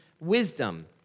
wisdom